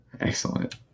excellent